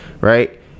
right